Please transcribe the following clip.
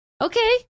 Okay